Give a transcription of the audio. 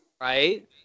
Right